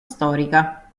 storica